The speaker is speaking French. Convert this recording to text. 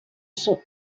sont